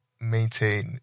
maintain